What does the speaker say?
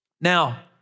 Now